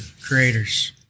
creators